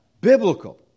Biblical